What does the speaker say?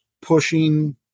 pushing